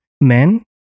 men